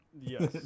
Yes